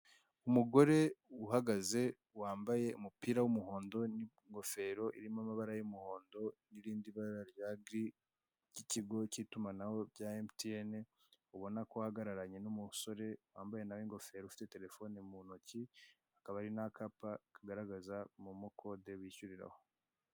Umugore uhagaze wambaye umupira w'umuhondo n'ingofero irimo amabara y'umuhondo n'irindi bara rya giri ry'ikigo k'itumanaho rya emutiyene, ubona ko ahagararanye n'umusore wambaye nawe ingofero ufite telefone mu ntoki, hakaba hari n'akapa kagaragaza momo kode bishyuriraho.